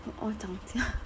all 涨价